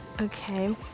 Okay